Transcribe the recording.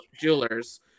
jewelers